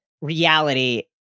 reality